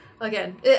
again